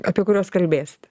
apie kuriuos kalbėsite